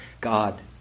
God